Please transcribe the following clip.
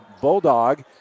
Bulldog